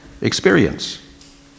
experience